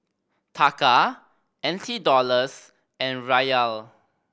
Taka N T Dollars and Riyal